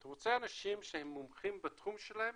אתה רוצה אנשים שהם מומחים בתחום שלהם